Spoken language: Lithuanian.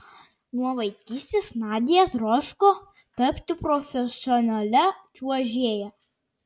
nuo vaikystės nadia troško tapti profesionalia čiuožėja